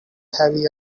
heavy